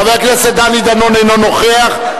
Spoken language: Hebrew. חבר הכנסת דני דנון אינו נוכח.